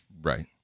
Right